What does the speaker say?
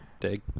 dig